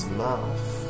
mouth